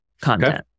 content